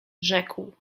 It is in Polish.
rzekł